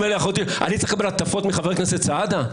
אני צריך לקבל הטפות מחבר הכנסת סעדה?